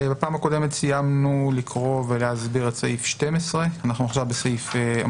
בפעם הקודמת סיימנו לקרוא ולהסביר את סעיף 12. אנחנו עכשיו אמורים